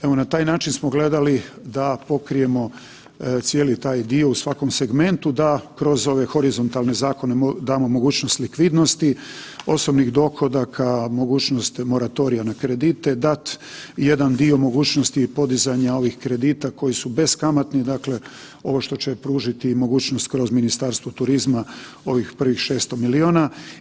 Evo na taj način smo gledali da pokrijemo cijeli taj dio u svakom segmentu, da kroz ove horizontalni zakone damo mogućnost likvidnosti osobnih dohodaka, mogućnost moratorija na kredite dat i jedan dio mogućnosti podizanja ovih kredita koji su beskamatni ovo što će pružiti mogućnost kroz Ministarstvo turizma ovih prvih 600 milijuna.